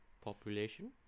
Population